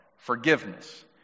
forgiveness